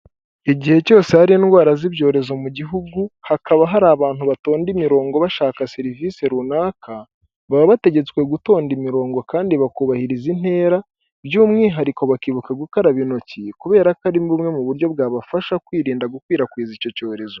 Igihe cyose hari indwara z'ibyorezo mu gihugu, hakaba hari abantu batonda imirongo bashaka serivisi runaka, baba bategetswe gutonda imirongo kandi bakubahiriza intera, by'umwihariko bakibuka gukaraba intoki kubera ko ari bumwe mu buryo bwabafasha kwirinda gukwirakwiza icyo cyorezo.